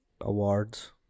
awards